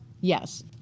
Yes